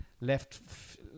left